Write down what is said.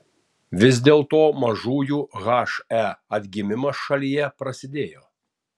vis dėlto mažųjų he atgimimas šalyje prasidėjo